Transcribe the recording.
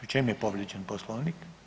U čem je povrijeđen Poslovnik?